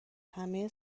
همه